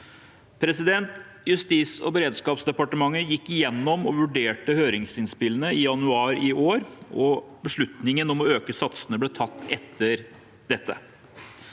Justis- og beredskapsdepartementet gikk igjennom og vurderte høringsinnspillene i januar i år, og beslutningen om å øke satsene ble tatt etter dette.